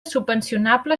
subvencionable